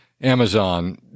Amazon